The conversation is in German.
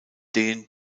den